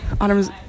Autumn's